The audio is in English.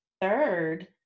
third